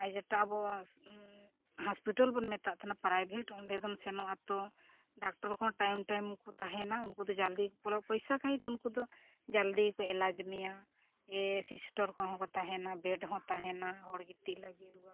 ᱟᱨ ᱡᱮᱴᱟ ᱟᱵᱚ ᱦᱟᱥᱯᱤᱴᱚᱞ ᱵᱚᱱ ᱢᱮᱛᱟᱜ ᱛᱟᱦᱮᱱᱟ ᱯᱨᱟᱭᱵᱷᱮᱴ ᱚᱸᱰᱮ ᱫᱚᱢ ᱥᱮᱱᱚᱜᱼᱟ ᱛᱚ ᱰᱟᱠᱴᱚᱨ ᱠᱚᱦᱚᱸ ᱴᱟᱭᱤᱢ ᱴᱟᱭᱤᱢ ᱠᱚ ᱛᱟᱦᱮᱱᱟ ᱩᱱᱠᱩ ᱫᱚ ᱡᱟᱞᱫᱤ ᱵᱚᱞᱚᱜ ᱯᱚᱭᱥᱟ ᱠᱟᱦᱤᱛᱮ ᱩᱱᱠᱩ ᱫᱚ ᱡᱟᱞᱫᱤ ᱜᱮᱠᱚ ᱮᱞᱟᱡᱽ ᱢᱮᱭᱟ ᱥᱤᱥᱴᱚᱨ ᱠᱚᱦᱚᱸ ᱠᱚ ᱛᱟᱦᱮᱱᱟ ᱵᱮᱰ ᱦᱚᱸ ᱛᱟᱦᱮᱱᱟ ᱦᱚᱲ ᱜᱤᱛᱤᱡ ᱞᱟᱹᱜᱤᱫ ᱨᱩᱣᱟᱹ